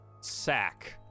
sack